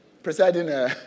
presiding